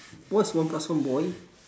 what's one plus one boy